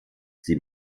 sie